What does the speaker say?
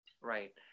right